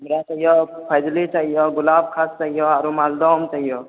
हमरा चाहिए फजुली चाहिए गुलाब ख़ास चाहिए आरो मालदह आम चाहिए